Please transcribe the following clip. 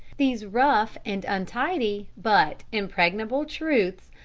these rough and untidy, but impregnable truths,